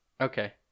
okay